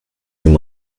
your